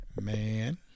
man